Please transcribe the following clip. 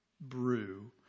brew